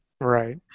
Right